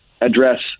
address